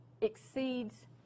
exceeds